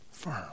firm